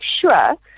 sure